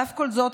על אף כל זאת,